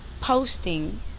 posting